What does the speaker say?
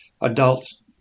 adults